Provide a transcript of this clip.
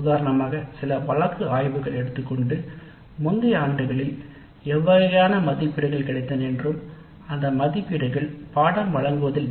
ஒருவேளை துறை மட்டத்தில் முந்தைய ஆண்டுகளில் எவ்வகையான மதிப்பீடுகள் கிடைத்தன என்றும் அதனால் பாடத்திட்டத்தில்